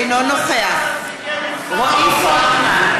אינו נוכח רועי פולקמן,